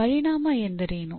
ಮತ್ತು ಪರಿಣಾಮ ಎಂದರೇನು